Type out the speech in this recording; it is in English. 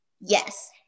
Yes